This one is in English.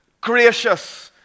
gracious